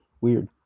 Weird